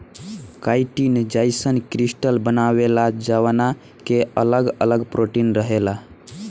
chitin जईसन crystal बनावेला जवना के अगल अगल प्रोटीन रहेला